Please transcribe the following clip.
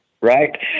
right